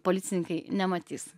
policininkai nematys